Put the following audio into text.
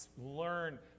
learn